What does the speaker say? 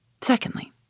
Secondly